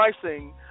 pricing